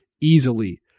easily